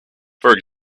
for